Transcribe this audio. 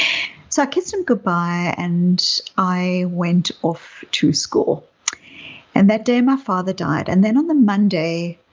so kissed him goodbye and i went off to school and that day my father died and then on the monday,